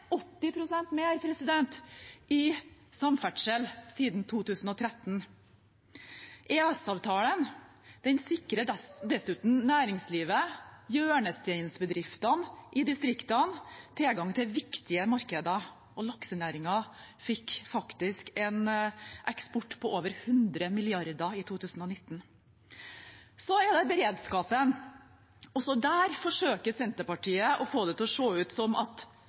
i samferdsel siden 2013. EØS-avtalen sikrer dessuten næringslivet, hjørnesteinsbedriftene, i distriktene tilgang til viktige markeder, og laksenæringen fikk faktisk en eksport på over 100 mrd. kr i 2019. Så er det beredskapen. Også der forsøker Senterpartiet å få det til å se ut som at